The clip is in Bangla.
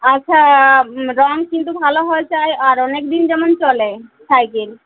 আচ্ছা রঙ কিন্তু ভালো হওয়া চাই আর অনেকদিন যেমন চলে সাইকেল